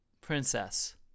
princess